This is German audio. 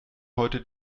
heute